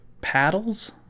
paddles